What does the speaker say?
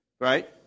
right